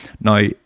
now